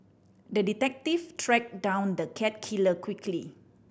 the detective tracked down the cat killer quickly